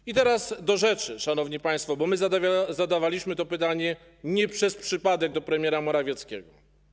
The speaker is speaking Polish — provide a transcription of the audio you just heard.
I teraz do rzeczy szanowni państwo, bo my zadawaliśmy to pytanie nie przez przypadek do premiera Morawieckiego.